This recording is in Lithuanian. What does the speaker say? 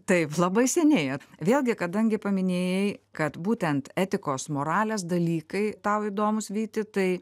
taip labai seniai vėlgi kadangi paminėjai kad būtent etikos moralės dalykai tau įdomūsvyti tai